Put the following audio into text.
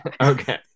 Okay